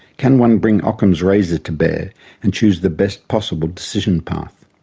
can one bring ockham's razor to bear and choose the best possible decision path?